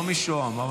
לא משוהם.